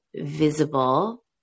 visible